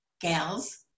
gals